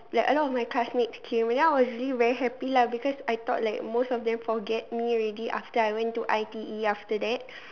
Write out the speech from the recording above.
like a lot of my classmates came and then I was really very happy lah because I thought like most of them forget me already after I went to I_T_E after that